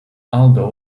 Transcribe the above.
aldo